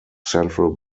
central